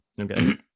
Okay